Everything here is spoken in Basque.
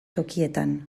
tokietan